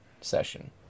session